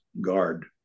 guard